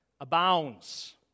abounds